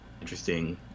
interesting